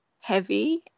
heavy